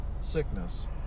sickness